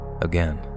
again